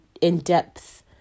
in-depth